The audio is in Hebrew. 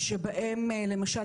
למשל,